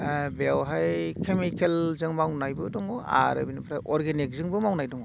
बेवहाय केमिकेलजों मावनायबो दङ आरो बिनिफ्राय अर्गेनिकजोंबो मावनाय दङ